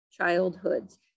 childhoods